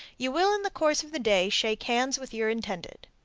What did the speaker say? you will in the course of the day shake hands with your intended.